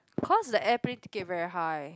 cause the airplane ticket very high